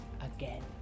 again